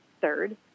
Third